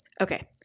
Okay